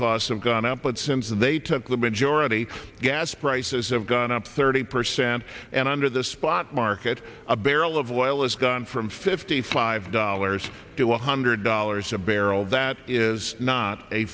costs have gone up but since they took the majority gas prices have gone up thirty percent and under the spot market a barrel of oil is gone from fifty five dollars to one hundred dollars a barrel that is not a